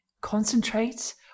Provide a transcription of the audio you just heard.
concentrate